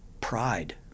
pride